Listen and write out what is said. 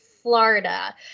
Florida